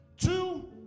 two